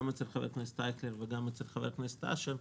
גם אצל חבר הכנסת אייכלר וגם אצל חבר הכנסת אשר,